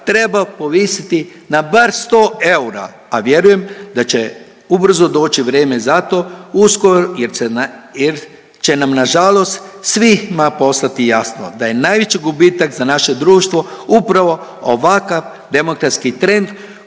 treba povisiti na bar 100 eura, a vjerujem da će ubrzo doći vrijeme za to, uskoro jer će nam nažalost svima postati jasno, da je najveći gubitak za naše društvo upravo ovakav demografski trend